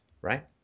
right